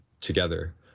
together